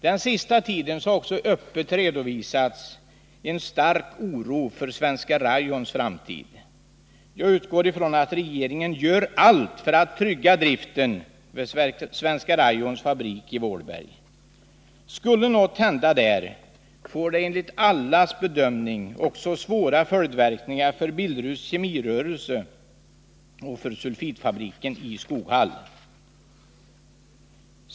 Den sista tiden har också öppet redovisats en stark oro för Svenska Rayons framtid. Jag utgår ifrån att regeringen gör allt för att trygga driften vid Svenska Rayons fabrik i Vålberg. Skulle något hända där får det enligt allas bedömning svåra följdverkningar också för Billeruds kemirörelse och för sulfitfabriken i Skoghall.